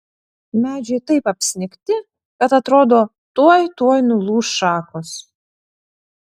medžiai taip apsnigti kad atrodo tuoj tuoj nulūš šakos